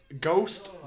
ghost